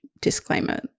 disclaimer